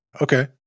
okay